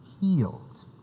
healed